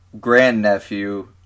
grandnephew